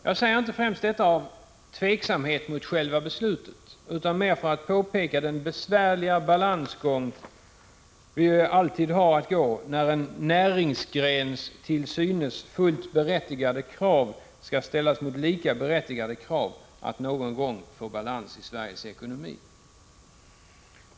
Jag säger inte detta främst av tveksamhet mot själva beslutet, utan mer för att påpeka den besvärliga balansgång som det alltid blir fråga om när en näringsgrens i sig fullt berättigade krav skall ställas mot lika berättigade krav på att vi någon gång skall få balans i Sveriges ekonomi.